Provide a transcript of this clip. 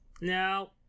now